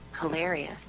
hilarious